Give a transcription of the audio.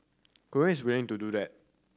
Korea is willing to do that